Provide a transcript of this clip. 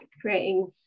creating